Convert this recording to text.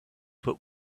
put